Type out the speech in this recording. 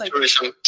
Tourism